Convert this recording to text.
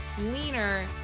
leaner